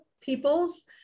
peoples